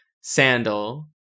Sandal